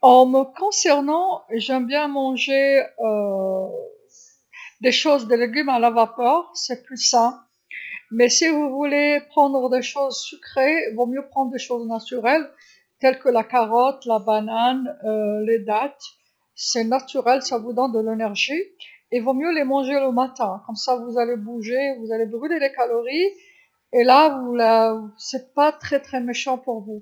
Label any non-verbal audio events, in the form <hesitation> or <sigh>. نصيحتي، أحب أكل <hesitation> الأشياء الخضار المطهيه على البخار، فهي أفضل لكن إذا أردت أن تأخذ أشياء حلوه فالأفضل أن تأخذ أشياء طبيعيه مثل الجزر والموز والتمر، إنه أمر طبيعي، فهو يمنحك الطاقه، ومن الأفضل تناولها في الصباح، وبهذه الطريقه ستتحرك، وستحرق السعرات الحراريه ولن تضر نفسك.